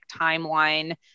timeline